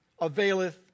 availeth